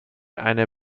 eine